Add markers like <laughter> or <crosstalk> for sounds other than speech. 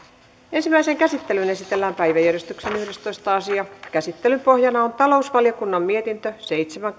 ensimmäiseen käsittelyyn esitellään päiväjärjestyksen yhdestoista asia käsittelyn pohjana on talousvaliokunnan mietintö seitsemän <unintelligible>